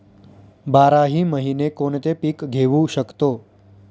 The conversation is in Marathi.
बाराही महिने कोणते पीक घेवू शकतो?